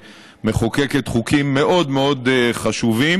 שמחוקקת חוקים מאוד מאוד חשובים.